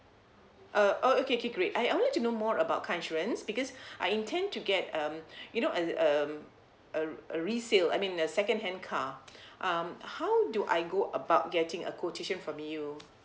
uh oh okay okay great I I would like to know more about car insurance because I intend to get um you know a um a a resale I mean a second hand car um how do I go about getting a quotation from you